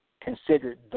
considered